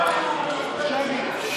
לשבת.